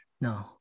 No